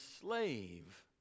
slave